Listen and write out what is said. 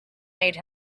made